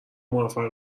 موفق